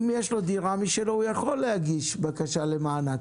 אם יש לו דירה משלו הוא יכול להגיש בקשה למענק,